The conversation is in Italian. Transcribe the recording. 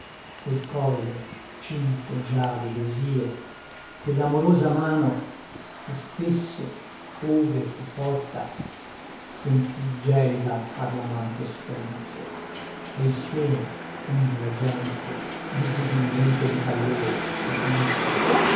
quel collo cinto già di desio quell'amorosa mano che spesso ove fu porta sentì gelida far la man che strinse e il seno onde la gente visibilmente di pallor si tinse